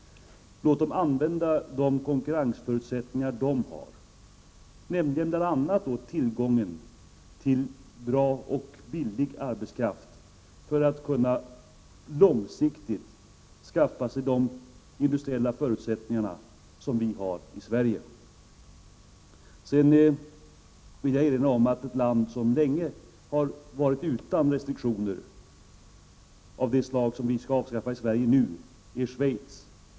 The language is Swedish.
Låt u-länderna använda de konkurrensförutsättningar de har, nämligen bl.a. tillgången till bra och billig arbetskraft, för att långsiktigt skaffa sig de industriella förutsättningar vi har i Sverige. Jag vill erinra om att ett land som länge har varit utan restriktioner av det slag som vi skall avskaffa i Sverige nu är Schweiz.